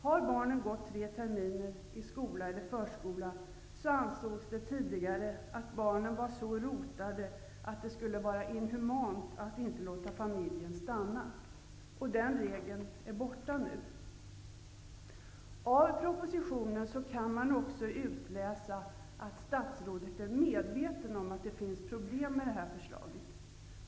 Har barnen gått tre terminer i skola eller förskola, ansågs det tidigare att barnen var så rotade att det skulle vara inhumant att inte låta familjen stanna. Den regeln är nu borta. Av propositionen kan man också utläsa att statsrådet är medveten om att det finns problem med det här förslaget.